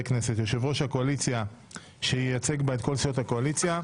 כנסת - יו״ר הקואליציה שייצג בה את כל סיעות הקואליציה,